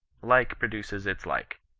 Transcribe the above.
like produces its like.